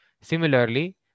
similarly